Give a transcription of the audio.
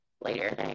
Later